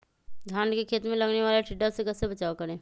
धान के खेत मे लगने वाले टिड्डा से कैसे बचाओ करें?